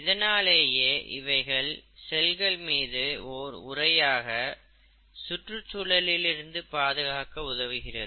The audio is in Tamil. இதனாலேயே இவைகள் செல்கள் மீது ஓர் உறையாக சுற்றுச் சூழலில் இருந்து பாதுகாக்க உதவுகிறது